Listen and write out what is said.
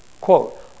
Quote